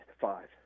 five